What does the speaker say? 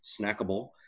snackable